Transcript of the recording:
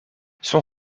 son